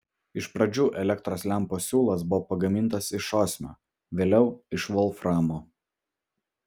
iš pradžių elektros lempos siūlas buvo pagamintas iš osmio vėliau iš volframo